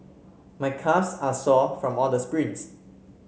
my calves are sore from all the sprints